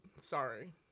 Sorry